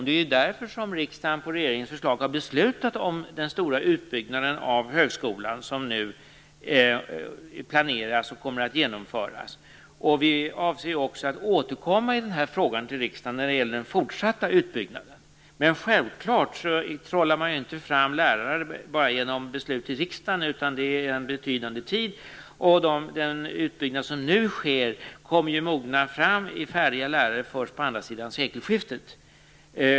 Det är ju därför riksdagen på regeringens förslag har beslutat om den stora utbyggnad av högskolan som nu planeras och kommer att genomföras. Vi avser ju också att återkomma i den här frågan till riksdagen när det gäller den fortsatta utbyggnaden. Men självklart trollar man inte fram lärare bara genom beslut i riksdagen, utan det tar en betydande tid. Den utbyggnad som nu sker kommer att mogna fram, mätt i färdiga lärare, först på andra sidan sekelskiftet.